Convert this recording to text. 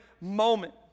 moment